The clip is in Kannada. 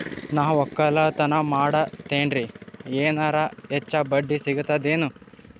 ನಾ ಒಕ್ಕಲತನ ಮಾಡತೆನ್ರಿ ಎನೆರ ಹೆಚ್ಚ ಬಡ್ಡಿ ಸಿಗತದೇನು?